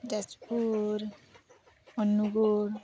Jajpur ᱚᱱᱩᱜᱩᱲ